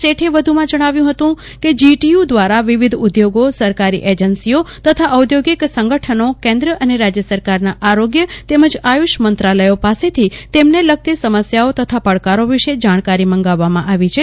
શેઠે વ્ધુમાં જણાવ્યુ હતું કે જીટીયુ દ્વારા વિવિધ ઉદ્યોગો સરકારી એજન્સીઓ તથા ઔદ્યોગિક સંગઠનો કેન્દ્ર અને રાજય સરકારના આરોગ્ય તેમજ આયુષ મંત્રાલયો પાસેથી તેમને લગતી સમસ્યાઓ તથા પડકારો વિશે જાણકારી મંગાવવામાં આવી છે